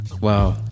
Wow